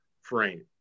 frame